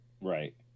Right